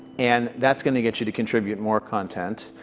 and that's going to get you to contribute more content,